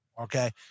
Okay